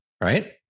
Right